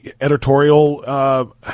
editorial